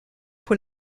pour